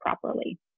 properly